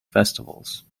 festivals